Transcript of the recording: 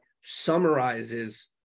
summarizes